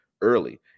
early